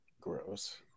Gross